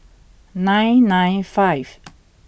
nine nine five